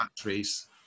batteries